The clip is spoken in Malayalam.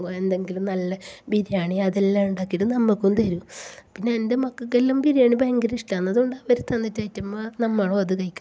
എന്തെങ്കിലും നല്ല ബിരിയാണി അതെല്ലാം ഉണ്ടാക്കിയിട്ട് നമ്മൾക്കും തരും പിന്നെ എന്റെ മക്കൾക്കെല്ലാം ബിരിയാണി ഭയങ്കര ഇഷ്ടമാണ് അതുകൊണ്ട് അവർ തന്നിട്ട് ആയിറ്റുമ്പോ നമ്മളും അത് കഴിക്കും